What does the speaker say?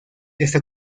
está